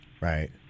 Right